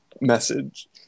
message